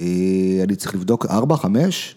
‫אני צריך לבדוק, ארבע, חמש?